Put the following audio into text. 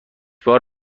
بار